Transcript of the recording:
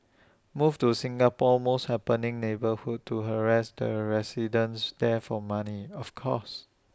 move to Singapore's most happening neighbourhood and harass the residents there for money of course